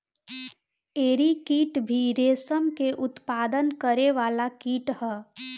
एरी कीट भी रेशम के उत्पादन करे वाला कीट ह